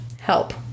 help